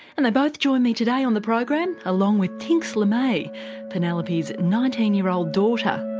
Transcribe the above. and they both join me today on the program along with tynx le may penelope's nineteen year old daughter.